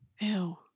Ew